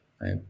right